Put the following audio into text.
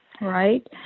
Right